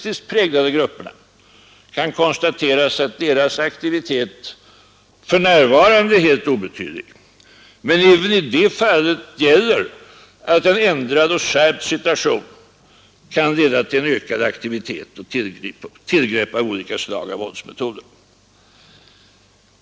SAPO:s åsiktspräglade grupperna, kan det konstateras att deras aktivitet för närvarande TeBIStreringsstsin; är helt obetydlig. Men även i det fallet gäller att en ändrad och skärpt situation kan leda till en ökad aktivitet och tillgrepp av olika slag av våldsmetoder.